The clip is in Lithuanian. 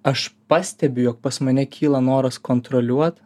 aš pastebiu jog pas mane kyla noras kontroliuot